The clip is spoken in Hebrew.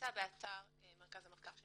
נמצא באתר מרכז המחקר של